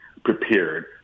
prepared